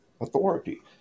authority